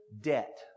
debt